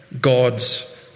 God's